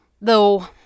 Though